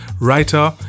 writer